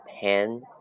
pen